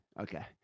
okay